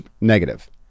negative